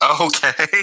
Okay